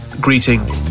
greeting